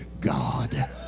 God